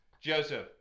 Joseph